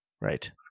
right